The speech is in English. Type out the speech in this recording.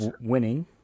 winning